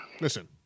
Listen